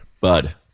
bud